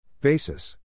Basis